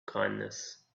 kindness